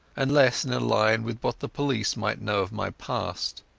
and less in a line with what the police might know of my past.